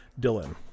Dylan